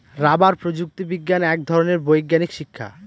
rubber প্রযুক্তি বিজ্ঞান এক ধরনের বৈজ্ঞানিক শিক্ষা